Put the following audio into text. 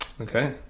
Okay